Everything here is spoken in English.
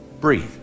Breathe